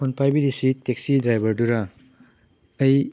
phone ꯄꯥꯏꯕꯤꯔꯤꯁꯤ taxi ꯗ꯭ꯔꯥꯏꯚꯔꯗꯨꯔꯥ ꯑꯩ